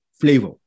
flavor